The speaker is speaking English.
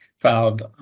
filed